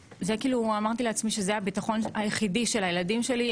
ואמרתי לעצמי שזה הביטחון היחידי של הילדים שלי,